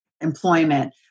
employment